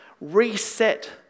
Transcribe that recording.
reset